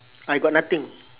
I got nothing